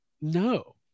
No